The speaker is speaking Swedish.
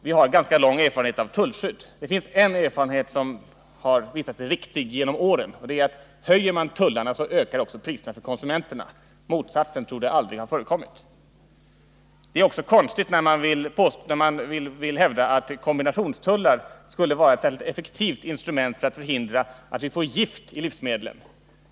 Vi har ganska lång erfarenhet av tullskydd, och en erfarenhet som har visat sig hålla genom åren är att om tullarna ökar, höjs också priserna för konsumenterna. Motsatsen torde aldrig ha förekommit. Det är också konstigt när man vill hävda att kombinationstullar skulle vara ett särskilt effektivt instrument för att förhindra att vi får gift i livsmedlen.